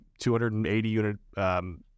280-unit